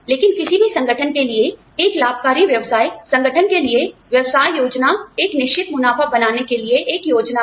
लेकिन किसी भी संगठन के लिए एक लाभकारी व्यवसाय संगठन के लिए व्यवसाय योजना एक निश्चित मुनाफा बनाने के लिए एक योजना है